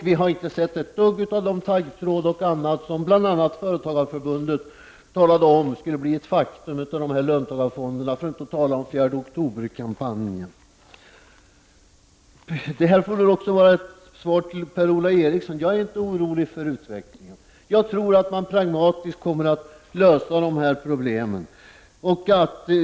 Vi har inte sett ett dugg av den taggtråd och annat som Företagareförbundet och 4 oktober-kampanjen talade om skulle bli resultatet av fonderna. Till Per-Ola Eriksson vill jag bara säga att jag inte är orolig för utvecklingen. Jag tror att man pragmatiskt kommer att lösa dessa problem.